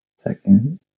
Second